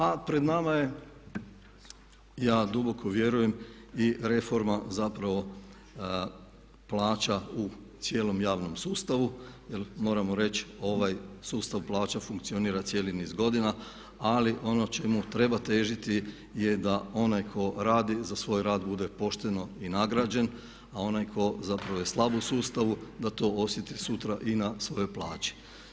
A pred nama je ja duboko vjerujem i reforma zapravo plaća u cijelom javnom sustavu, jer moramo reći, ovaj sustav plaća funkcionira cijeli niz godina ali ono čemu treba težiti je da onaj tko radi za svoj rad bude pošteno i nagrađen a onaj tko zapravo je slab u sustavu da to osjeti sutra i na svojoj plaći.